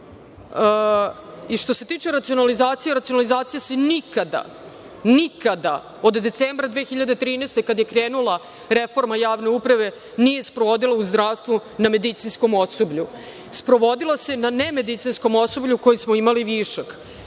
se tiče racionalizacije, racionalizacija se nikada, nikada, od decembra 2013. godine, kada je krenula reforma javne uprave, nije sprovodila u zdravstvu na medicinskom osoblju. Sprovodila se na nemedicinskom osoblju gde smo imali višak.